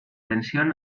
tensión